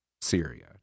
Syria